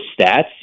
stats